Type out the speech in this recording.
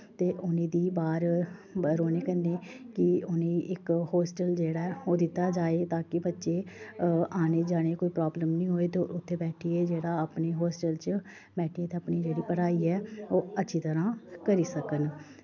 ते उ'नेंगी बाह्र रौह्ने कन्नै कि उ'नेंगी इक होस्टल जेह्ड़ा ऐ ओह् दित्ता जाए ताकि बच्चें औने जाने गी कोई प्राबलम नी होए ते उत्थै बैठियै जेह्ड़ा अपने होस्टल च बैठियै ते अपनी जेह्ड़ी पढ़ाई ऐ ओह् अच्छी तरह् करी सकन